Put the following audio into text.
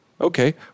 okay